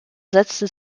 setzte